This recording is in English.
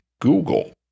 Google